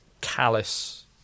callous